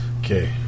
Okay